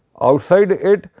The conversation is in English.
outside it,